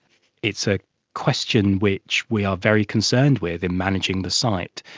it's a question which we are very concerned with in managing the site.